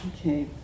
Okay